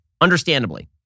understandably